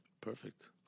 Perfect